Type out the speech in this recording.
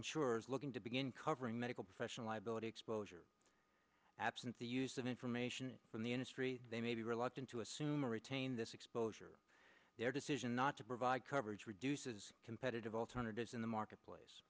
insurers looking to begin covering medical professional liability exposure absent the use of information from the industry they may be reluctant to assume retain this exposure their decision not to provide coverage reduces competitive alternatives in the marketplace